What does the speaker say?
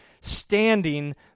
Standing